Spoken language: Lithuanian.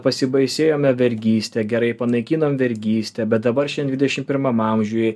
pasibaisėjome vergystę gerai panaikinom vergystę bet dabar dvidešim pirmam amžiuj